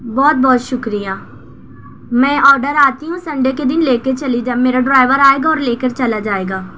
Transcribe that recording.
بہت بہت شکریہ میں آڈر آتی ہوں سنڈے کے دن لے کے چلی میرا ڈرائیور آئے گا اور لے کر چلا جائے گا